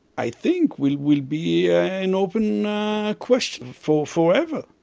i think, will will be an open question for for ever.